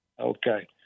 Okay